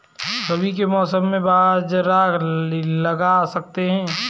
रवि के मौसम में बाजरा लगा सकते हैं?